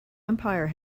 empire